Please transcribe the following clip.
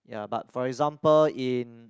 ya but for example in